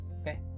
okay